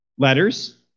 Letters